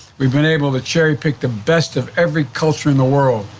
we've been able to cherry pick the best of every culture in the world.